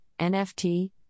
NFT